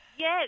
Yes